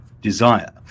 desire